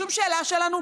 לשום שאלה שלנו,